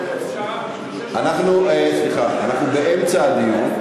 אנחנו באמצע הדיון.